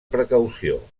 precaució